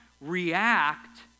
react